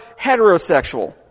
heterosexual